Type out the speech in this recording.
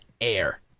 air